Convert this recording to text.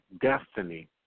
destiny